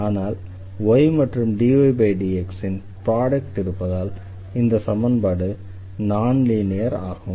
ஆனால் y மற்றும் dydxன் ப்ரோடெக்ட் இருப்பதால் இந்த சமன்பாடு நான் லீனியர் ஆகும்